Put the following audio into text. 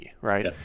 right